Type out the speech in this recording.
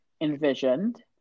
envisioned